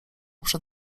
przed